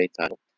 title